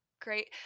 great